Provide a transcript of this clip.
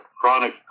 Chronic